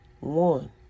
one